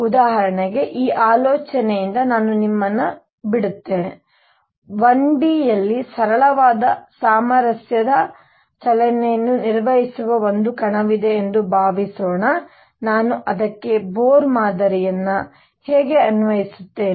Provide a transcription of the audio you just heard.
ಉದಾಹರಣೆಗೆ ಈ ಆಲೋಚನೆಯೊಂದಿಗೆ ನಾನು ನಿಮ್ಮನ್ನು ಬಿಡುತ್ತೇನೆ 1D ಯಲ್ಲಿ ಸರಳವಾದ ಸಾಮರಸ್ಯದ ಚಲನೆಯನ್ನು ನಿರ್ವಹಿಸುವ ಒಂದು ಕಣವಿದೆ ಎಂದು ಭಾವಿಸೋಣ ನಾನು ಅದಕ್ಕೆ ಬೋರ್ ಮಾದರಿಯನ್ನು ಹೇಗೆ ಅನ್ವಯಿಸುತ್ತೇನೆ